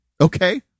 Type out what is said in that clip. Okay